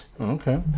Okay